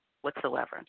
whatsoever